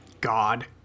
God